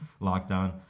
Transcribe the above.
lockdown